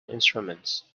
instruments